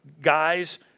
guys